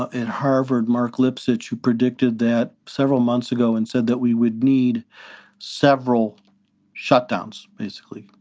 at harvard, mark lipsett, who predicted that several months ago and said that we would need several shut downs, basically.